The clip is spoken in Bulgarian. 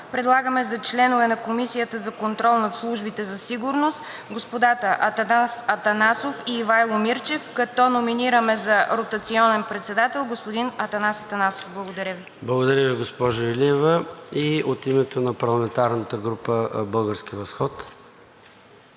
предлагаме за членове на Комисията за контрол над службите за сигурност господата Атанас Атанасов и Ивайло Мирчев, като номинираме за ротационен председател Атанас Атанасов. Благодаря Ви. ПРЕДСЕДАТЕЛ ЙОРДАН ЦОНЕВ: Благодаря Ви, госпожо Илиева. От името на парламентарната група на „Български възход“.